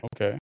okay